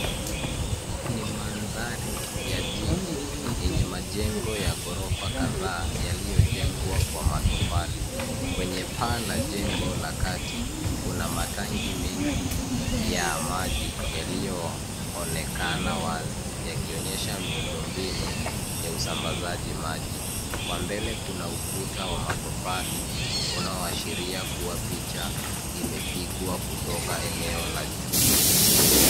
Ni mandhari ya jiji yenye majengo ya ghorofa kadhaa, yaliyojengwa kwa matofali. Kwenye paa la jengo la kati, kuna matangi mengi ya maji yaliyoonekana wazi, yakionyesha miundo mbinu ya usambazaji maji. Kwa mbele kuna ukuta wa matofali, unaoashiria kuwa picha imepigwa kutoka eneo la juu.